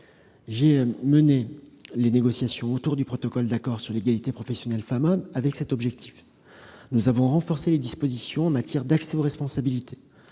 J'ai mené les négociations autour du protocole d'accord sur l'égalité professionnelle entre les femmes et les hommes avec cet objectif. Nous avons renforcé les dispositions en matière d'accès aux responsabilités